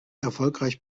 erfolgreich